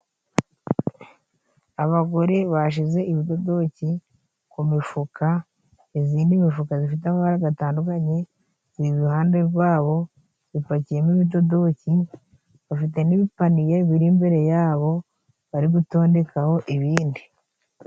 Abagore bashize ibidodoki ku mufuka izindi mifuka zifite amabara gatandukanye ziri iruhande rwabo zipakiyemo ibidodoki bafite n'ibipaniye biri imbere yabo bari gutondekaho ibindi.